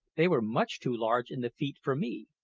they were much too large in the feet for me.